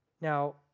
Now